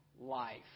life